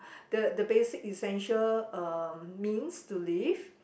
the the basic essential uh means to live